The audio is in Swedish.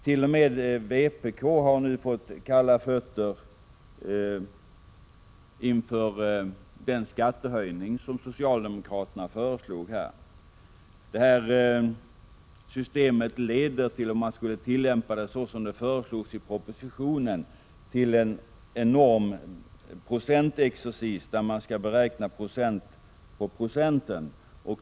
T. o. m. vpk har nu fått kalla fötter inför den skattehöjning som socialdemokraterna föreslog. Om man skulle tillämpa systemet såsom det föreslogs i propositionen, skulle-det leda till en enorm sifferexercis där man skulle beräkna procent på procenten.